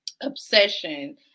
obsession